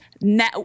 now